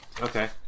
okay